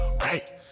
right